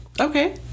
Okay